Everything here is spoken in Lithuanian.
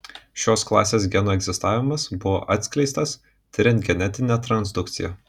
šios klasės genų egzistavimas buvo atskleistas tiriant genetinę transdukciją